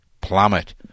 plummet